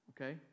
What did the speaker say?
okay